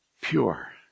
pure